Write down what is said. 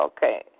Okay